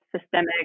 systemic